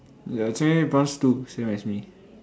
ya Jian-Hui bronze two same as me